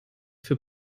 für